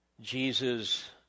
Jesus